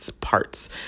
parts